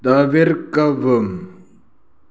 தவிர்க்கவும்